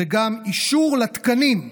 זה גם אישור לתקנים,